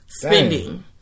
Spending